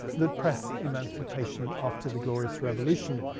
that press emancipation after the glorious revolution,